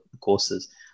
courses